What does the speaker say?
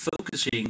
focusing